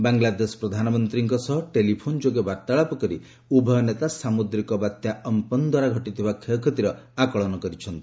ବାଂଲାଦେଶ ପ୍ରଧାନମନ୍ତ୍ରୀଙ୍କ ସହ ଟେଲିଫୋନ୍ ଯୋଗେ ବାର୍ତ୍ତାଳାପ କରି ଉଭୟ ନେତା ସାମୁଦ୍ରିକ ବାତ୍ୟା ଅମ୍ପନ ଦ୍ୱାରା ଘଟିଥିବା କ୍ଷୟକ୍ଷତିର ଆକଳନ କରିଛନ୍ତି